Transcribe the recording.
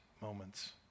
moments